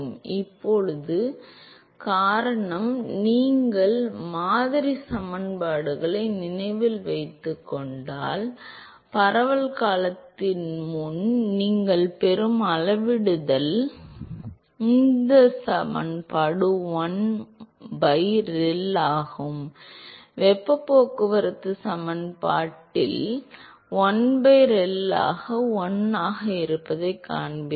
இப்போது காரணம் நீங்கள் மாதிரி சமன்பாடுகளை நினைவில் வைத்துக் கொண்டால் பரவல் காலத்தின் முன் நீங்கள் பெறும் அளவிடுதல் உந்தச் சமன்பாடு 1 by ReL ஆகவும் வெப்பப் போக்குவரத்து சமன்பாட்டில் 1 by ReL ஆக 1 ஆகவும் இருப்பதைக் காண்பீர்கள்